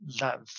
love